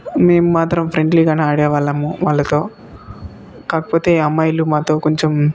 మేం మాత్రం ఫ్రెండ్లీగానే ఆడేవాళ్ళము వాళ్లతో కాకపోతే అమ్మాయిలు మాతో కొంచం